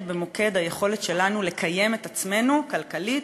במוקד היכולת שלנו לקיים את עצמנו כלכלית,